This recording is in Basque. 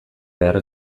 behar